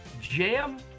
jam